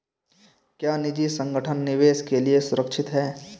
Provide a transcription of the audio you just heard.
क्या निजी संगठन निवेश के लिए सुरक्षित हैं?